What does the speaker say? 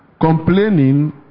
complaining